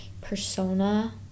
persona